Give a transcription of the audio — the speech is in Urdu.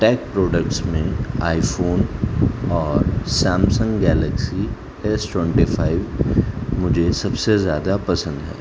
ٹیک پروڈکٹس میں آئی فون اور Samsung Galaxy S twenty five مجھے سب سے زیادہ پسند ہے